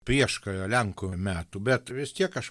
prieškario lenkų metų bet vis tiek aš